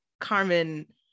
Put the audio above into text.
Carmen